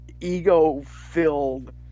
ego-filled